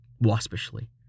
waspishly